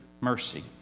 mercy